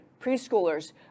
preschoolers